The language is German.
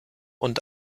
und